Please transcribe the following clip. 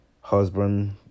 husband